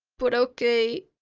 but okay.